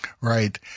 Right